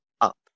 up